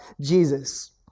Jesus